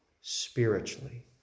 Spiritually